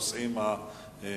על השאילתות בנושאים הסביבתיים,